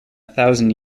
thousand